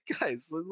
guys